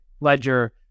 Ledger